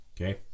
okay